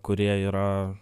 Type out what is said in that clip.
kurie yra